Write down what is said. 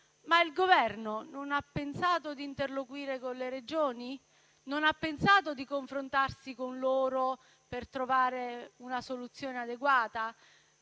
il Governo non ha pensato di interloquire con le Regioni, non ha pensato di confrontarsi con loro per trovare una soluzione adeguata?